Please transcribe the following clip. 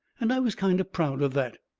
and i was kind of proud of that.